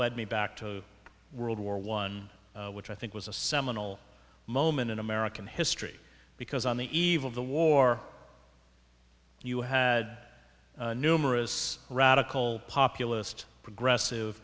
led me back to world war one which i think was a seminal moment in american history because on the eve of the war you had numerous radical populist progressive